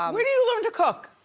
um where do you learn to cook?